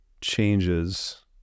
changes